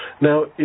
Now